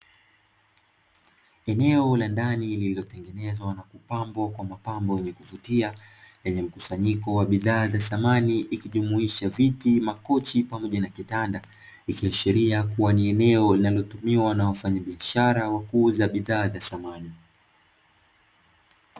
Eneo la ndani lililotengenezwa na kupambwa kwa mapambo yenye kuvutia yenye mkusanyiko wa bidhaa za samani ikijumuisha viti, makochi pamoja na kitanda ikiashiria kuwa ni eneo linalotumiwa na wafanyabiashara wa kuuza bidhaa za samani.